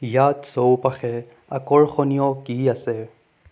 ইয়াত চৌপাশে আকৰ্ষণীয় কি আছে